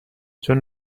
چون